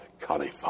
caliphate